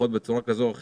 השנה בצורה כזו או אחרת,